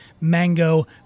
Mango